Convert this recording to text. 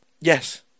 Yes